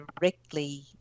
directly